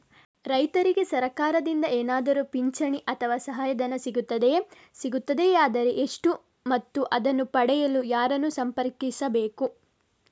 ರೈತರಿಗೆ ಸರಕಾರದಿಂದ ಏನಾದರೂ ಪಿಂಚಣಿ ಅಥವಾ ಸಹಾಯಧನ ಸಿಗುತ್ತದೆಯೇ, ಸಿಗುತ್ತದೆಯಾದರೆ ಎಷ್ಟು ಮತ್ತು ಅದನ್ನು ಪಡೆಯಲು ಯಾರನ್ನು ಸಂಪರ್ಕಿಸಬೇಕು?